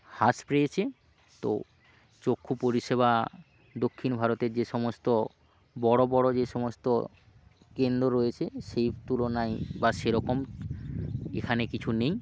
হ্রাস পেয়েছে তো চক্ষু পরিষেবা দক্ষিণ ভারতের যে সমস্ত বড়ো বড়ো যে সমস্ত কেন্দ রয়েছে সেই তুলনায় বা সেরকম এখানে কিছু নেই